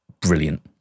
brilliant